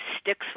sticks